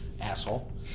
asshole